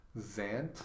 Zant